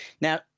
Now